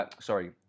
sorry